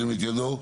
ירים את ידו.